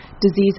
disease